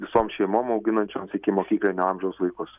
visom šeimom auginančioms ikimokyklinio amžiaus vaikus